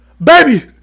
Baby